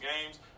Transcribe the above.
games